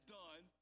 done